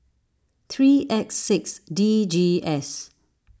three X six D G S